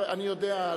בזה נגמר.